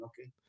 Okay